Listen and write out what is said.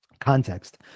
context